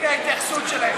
הינה ההתייחסות שלהם.